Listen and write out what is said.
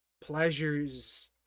pleasures